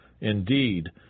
Indeed